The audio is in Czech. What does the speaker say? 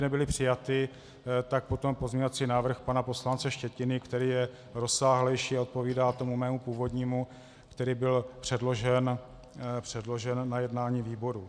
Kdyby nebyly přijaty, tak potom pozměňovací návrh pana poslance Štětiny, který je rozsáhlejší a odpovídá mému původnímu, který byl předložen na jednání výboru.